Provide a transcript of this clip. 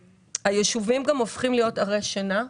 היישובים גם הופכים להיות ערי שינה.